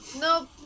Nope